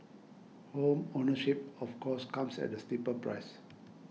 home ownership of course comes at a steeper price